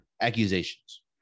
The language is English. accusations